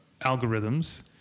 algorithms